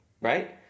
right